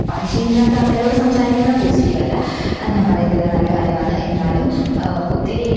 പരിചയമില്ലാത്ത ആള്ക്കാരോടു സംസാരിക്കുന്നത് പോസിറ്റീവല്ല അതു ഞാന് പറയത്തില്ല അതു നല്ല കാര്യമാണ് എന്നാലും ഒത്തിരി